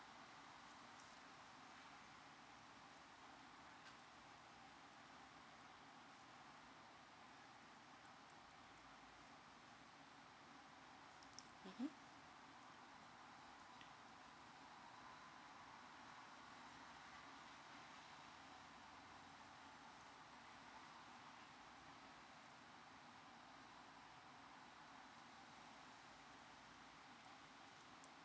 mmhmm